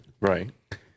Right